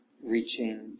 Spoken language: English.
reaching